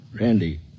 Randy